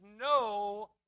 no